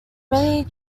many